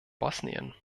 bosnien